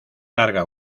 larga